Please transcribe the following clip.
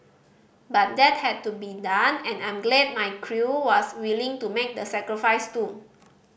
but that had to be done and I'm glad my crew was willing to make the sacrifice too